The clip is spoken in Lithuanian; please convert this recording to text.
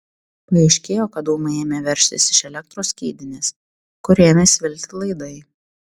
paaiškėjo kad dūmai ėmė veržtis iš elektros skydinės kur ėmė svilti laidai